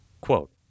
quote